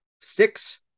Six